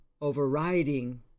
overriding